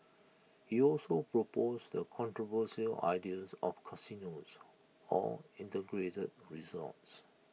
he also proposed the controversial ideas of casinos or integrated resorts